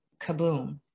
kaboom